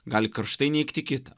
gali karštai neigti kitą